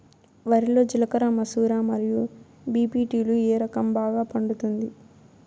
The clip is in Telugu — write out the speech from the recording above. వరి లో జిలకర మసూర మరియు బీ.పీ.టీ లు ఏ రకం బాగా పండుతుంది